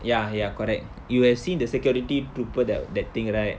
ya ya correct you have seen the security trooper tha~ that thing right